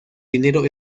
dinero